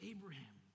Abraham